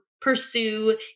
pursue